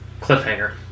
Cliffhanger